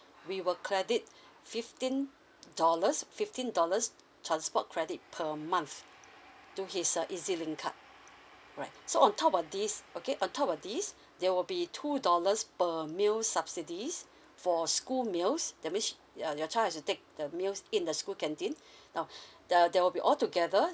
we will credit fifteen dollars fifteen dollars transport credit per month to his uh ezlink card right so on top of this okay on top of this there will be two dollars per meal subsidies for school meals that means uh your child has to take the meals in the school canteen now the there will be all together